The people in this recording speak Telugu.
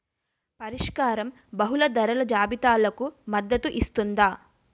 పరిష్కారం బహుళ ధరల జాబితాలకు మద్దతు ఇస్తుందా?